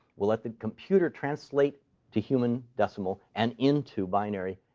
we'll let the computer translate to human decimal and into binary,